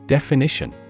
Definition